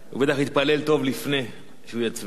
הוא בטח יתפלל טוב לפני שהוא יצביע.